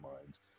minds